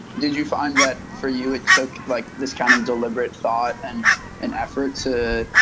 did you find that for you? it took like this kind of deliberate thought and an effort to,